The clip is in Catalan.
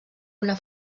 una